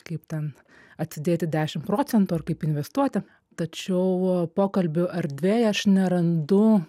kaip ten atsidėti dešim procentų ar kaip investuoti tačiau pokalbių erdvėj aš nerandu